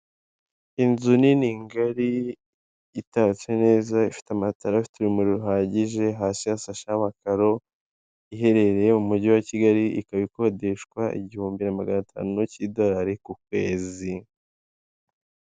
Inzu nini, ngari, itatse neza, ifite amatara afite urumuri ruhagije, hasi hashasheho amakaro, iherereye mu mugi wa Kigali, ikaba ikodeshwa igihumbi na magana atanu cy'idorari ku kwezi.